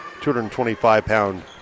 225-pound